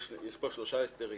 אני מזכיר שיש פה שלושה הסדרים: